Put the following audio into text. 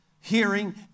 hearing